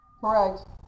correct